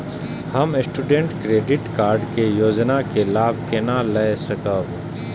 हम student credit card के योजना के लाभ केना लय सकब?